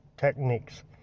techniques